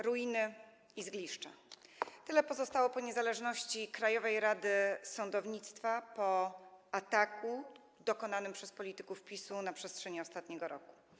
Ruiny i zgliszcza - tyle pozostało po niezależności Krajowej Rady Sądownictwa po ataku dokonanym przez polityków PiS-u na przestrzeni ostatniego roku.